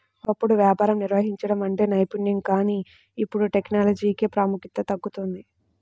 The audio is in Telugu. ఒకప్పుడు వ్యాపారం నిర్వహించడం అంటే నైపుణ్యం కానీ ఇప్పుడు టెక్నాలజీకే ప్రాముఖ్యత దక్కుతోంది